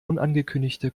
unangekündigte